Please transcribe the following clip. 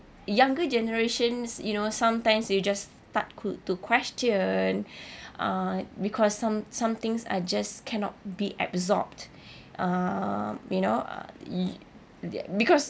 younger generations you know sometimes you just start could to question uh because some some things are just cannot be absorbed um you know uh you their because